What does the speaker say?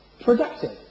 productive